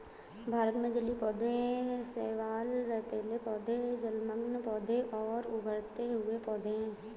भारत में जलीय पौधे शैवाल, तैरते पौधे, जलमग्न पौधे और उभरे हुए पौधे हैं